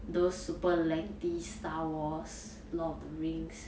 those super lengthy star wars lord of the rings